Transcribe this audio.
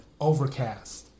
Overcast